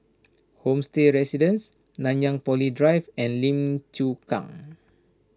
Homestay Residences Nanyang Poly Drive and Lim Chu Kang